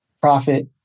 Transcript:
profit